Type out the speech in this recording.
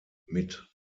mit